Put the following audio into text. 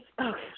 Okay